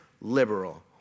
liberal